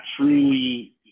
truly